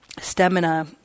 stamina